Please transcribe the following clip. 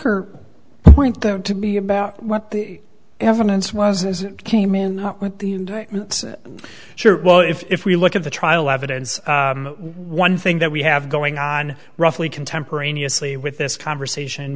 her point them to be about what the evidence was and came in with the indictment sure well if we look at the trial evidence one thing that we have going on roughly contemporaneously with this conversation